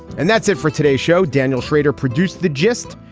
and that's it for today's show. daniel shrader produced the gist.